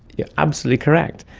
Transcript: you're absolutely correct.